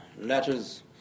letters